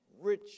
rich